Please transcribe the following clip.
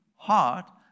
Heart